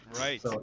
Right